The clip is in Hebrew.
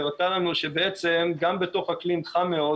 והראתה לנו שבעצם גם בתוך אקלים חם מאוד